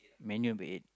Man-U number eight